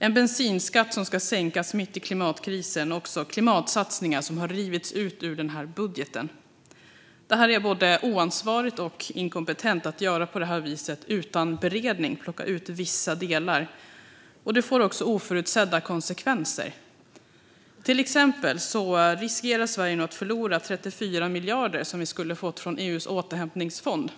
En bensinskatt ska sänkas mitt i klimatkrisen. Och klimatsatsningar har rivits ut ur budgeten. Det är både oansvarigt och inkompetent att göra på det viset. Utan beredning plockar man ut vissa delar. Det får också oförutsedda konsekvenser. Till exempel riskerar Sverige nu att förlora 34 miljarder som vi skulle få från EU:s återhämtningsfond.